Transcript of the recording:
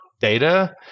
data